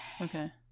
okay